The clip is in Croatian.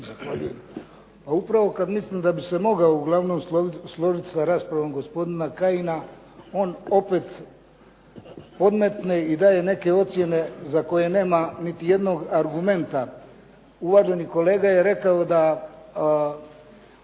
Pa upravo kada mislimo da bi se uglavnom mogao složiti sa raspravom gospodina Kajina on opet odmetne i daje neke ocjene za koje nema niti jednog argumenta. Uvaženi kolega je rekao da